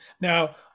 Now